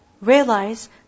realize